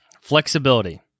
flexibility